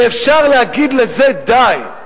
ואפשר להגיד לזה: די.